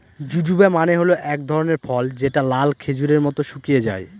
জুজুবা মানে হল এক ধরনের ফল যেটা লাল খেজুরের মত শুকিয়ে যায়